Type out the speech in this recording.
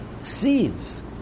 seeds